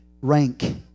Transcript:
rank